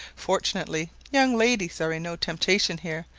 fortunately, young ladies are in no temptation here,